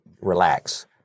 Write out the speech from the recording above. relax